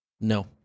No